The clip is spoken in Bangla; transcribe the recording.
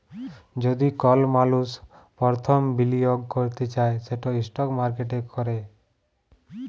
যদি কল মালুস পরথম বিলিয়গ ক্যরতে চায় সেট ইস্টক মার্কেটে ক্যরে